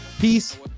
peace